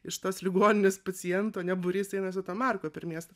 iš tos ligoninės pacientų ane būrys eina su tuo marko per miestą